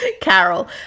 Carol